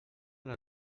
les